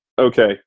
okay